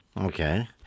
Okay